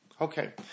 Okay